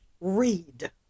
read